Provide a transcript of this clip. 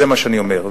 זה מה שאני אומר.